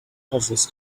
office